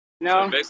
No